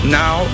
now